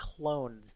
cloned